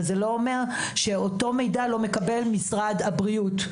אבל זה לא אומר שאותו מידע לא מקבל משרד הבריאות.